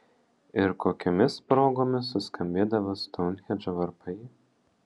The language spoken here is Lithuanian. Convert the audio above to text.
ir kokiomis progomis suskambėdavo stounhendžo varpai